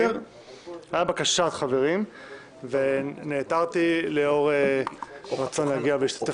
הייתה בקשה של חברים ונעתרתי לאור רצון להגיע ולהשתתף